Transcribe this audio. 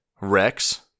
Rex